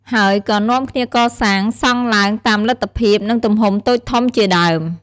ហើយក៏នាំគ្នាកសាងសងឡើងតាមលទ្ធិភាព និងទំហំតូចធំជាដើម។